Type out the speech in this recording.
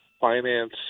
finance